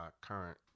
current